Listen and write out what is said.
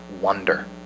wonder